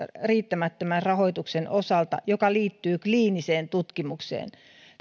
riittämättömän rahoituksen osalta joka liittyy kliiniseen tutkimukseen